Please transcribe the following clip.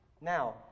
Now